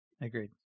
Agreed